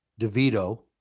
DeVito